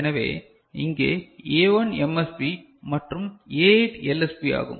எனவே இங்கே A1 MSB மற்றும் A8 LSB ஆகும்